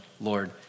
Lord